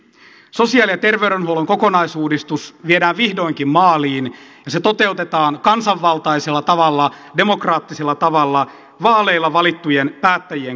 sosiaali ja terveydenhuollon kokonaisuudistus viedään vihdoinkin maaliin ja se toteutetaan kansanvaltaisella tavalla demokraattisella tavalla vaaleilla valittujen päättäjien kautta